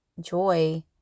joy